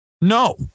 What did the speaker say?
No